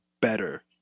better